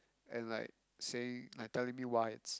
and like saying like telling me why it's